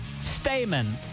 Stamen